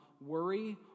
worry